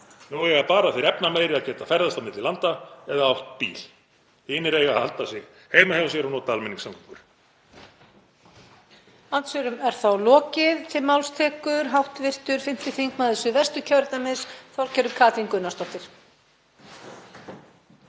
Nú eiga bara þeir efnameiri að geta ferðast á milli landa eða átt bíl. Hinir eiga að halda sig heima hjá sér og nota almenningssamgöngur.